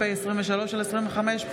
פ/23/25,